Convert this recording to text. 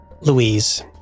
Louise